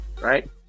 Right